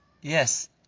yes